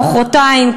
המחרתיים,